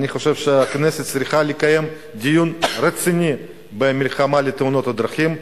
אני חושב שהכנסת צריכה לקיים דיון רציני במלחמה בתאונות הדרכים,